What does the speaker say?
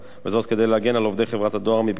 זאת כדי להגן על עובדי חברת הדואר מפגיעה